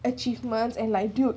achievements and like dude